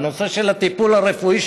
בנושא של הטיפול הרפואי,